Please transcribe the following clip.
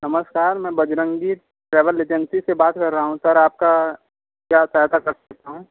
नमस्कार मैं Bajrangi travel agency से बात कर रहा हूँ सर आपका क्या सहायता कर सकता हूँ